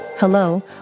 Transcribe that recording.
Hello